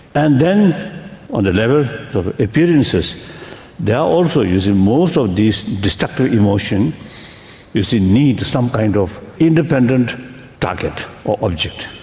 and then on the level of appearances there are also you see most of these destructive emotions you see need some kind of independent target or object.